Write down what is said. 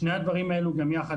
שני הדברים האלה גם יחד,